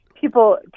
people